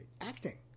Acting